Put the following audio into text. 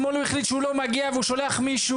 ואתמול הוא החליט שהוא לא מגיע והוא שולח מישהו,